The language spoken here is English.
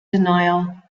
denial